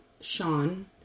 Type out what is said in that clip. Sean